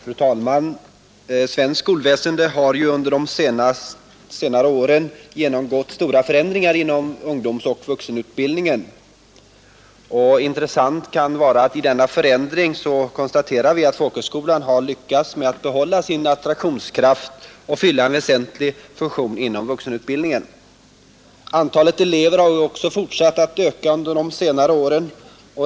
Fru talman! Svenskt skolväsende har under de senare åren genomgått stora förändringar inom ungdomsoch vuxenutbildningen. Det är intressant att konstatera att folkhögskolan i denna förändring har lyckats med att behålla sin attraktionskraft och fylla en väsentlig funktion inom vuxenutbildningen. Antalet elever har också fortsatt att öka under de senaste åren.